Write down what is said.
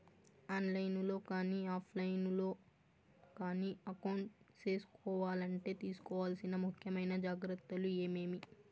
On line లో కానీ off line లో కానీ అకౌంట్ సేసుకోవాలంటే తీసుకోవాల్సిన ముఖ్యమైన జాగ్రత్తలు ఏమేమి?